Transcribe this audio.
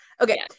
Okay